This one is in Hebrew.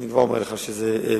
ואני כבר אומר לך שזה מורכב.